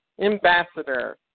ambassador